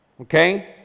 okay